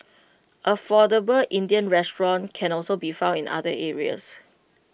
affordable Indian restaurants can also be found in other areas